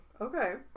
okay